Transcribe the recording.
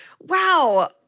Wow